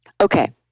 Okay